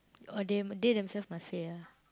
oh they they themselves must say ah